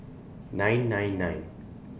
nine nine nine